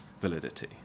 validity